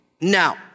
Now